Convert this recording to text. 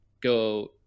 go